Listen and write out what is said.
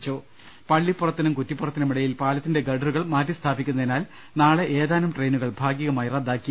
്്്്്്് പള്ളിപ്പുറത്തിനും കുറ്റിപ്പുറത്തിനുമിടയിൽ പാലത്തിന്റെ ഗർഡറുകൾ മാറ്റി സ്ഥാപിക്കുന്നതിനാൽ നാളെ ഏതാനും ട്രെയിനുകൾ ഭാഗികമായി റദ്ദാക്കി